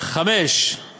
איך הגעתם לסכומים האלה?